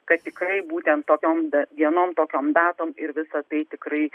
kad tikrai būtent tokiom dienom kokiam datom ir visa tai tikrai